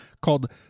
called